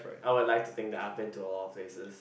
I would like to think that I've been to a lot of places